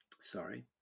sorry